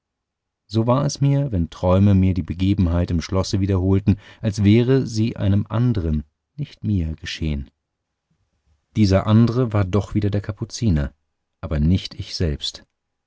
so war es mir wenn träume mir die begebenheiten im schlosse wiederholten als wären sie einem anderen nicht mir geschehen dieser andere war doch wieder der kapuziner aber nicht ich selbst